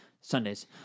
Sundays